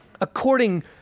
according